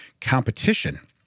competition